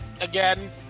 again